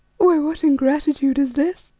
why, what ingratitude is this?